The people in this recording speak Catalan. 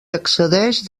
accedeix